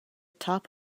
top